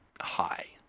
high